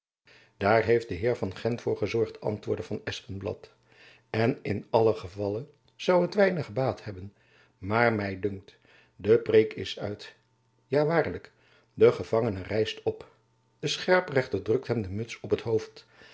daar heeft de heer van gent voor gezorgd antwoordde van espenblad en in allen gevalle zoû het weinig gebaat hebben maar my dunkt de preêk is uit ja waarlijk de gevangene rijst op de scherprechter drukt hem de muts op t hoofd